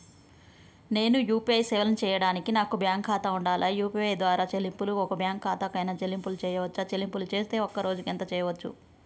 నేను యూ.పీ.ఐ సేవలను చేయడానికి నాకు బ్యాంక్ ఖాతా ఉండాలా? యూ.పీ.ఐ ద్వారా చెల్లింపులు ఏ బ్యాంక్ ఖాతా కైనా చెల్లింపులు చేయవచ్చా? చెల్లింపులు చేస్తే ఒక్క రోజుకు ఎంత చేయవచ్చు?